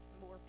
more